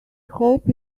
hope